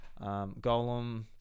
golem